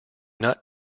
not